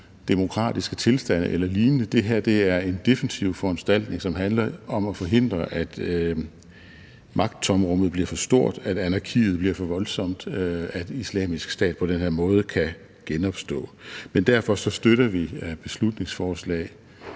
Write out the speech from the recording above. demokratiske tilstande eller lignende. Det her er en defensiv foranstaltning, som handler om at forhindre, at magttomrummet bliver for stort, at anarkiet bliver for voldsomt, at Islamisk Stat på den her måde kan genopstå. Men derfor støtter vi beslutningsforslag